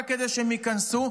רק כדי שהם ייכנסו.